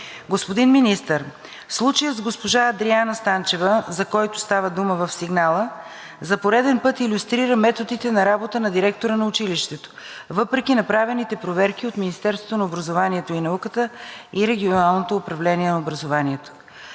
Господин Министър, случаят с госпожа Адриана Станчева, за който става дума в сигнала, за пореден път илюстрира методите на работа на директора на училището, въпреки направените проверки от Министерството на образованието и науката и Регионалното управление на образованието.